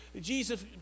Jesus